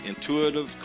intuitive